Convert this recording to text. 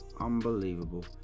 unbelievable